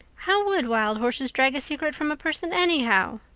how would wild horses drag a secret from a person anyhow?